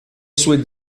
sue